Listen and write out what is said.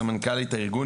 סמנכ"לית הארגון,